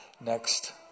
next